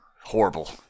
Horrible